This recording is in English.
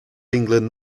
england